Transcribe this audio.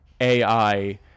AI